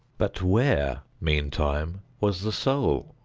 but where, meantime, was the soul?